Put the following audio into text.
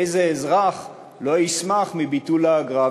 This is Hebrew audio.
איזה אזרח לא ישמח על ביטול האגרה?